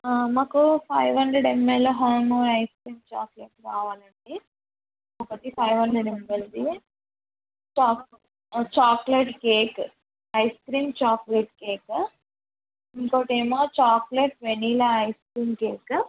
మాకు five hundred ML హాన్ ice cream chocolate కావాలండి ఒకటి ఫైవ్ హండ్రెడ్ ఎంఎల్ది chocolate chocolate cake ice cream chocolate cake ఇంకోటి ఏమో chocolate vanilla ice cream cake